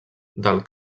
del